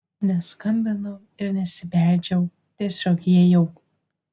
neskambinau ir nesibeldžiau tiesiog įėjau